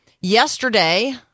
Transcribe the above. Yesterday